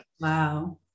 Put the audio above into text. Wow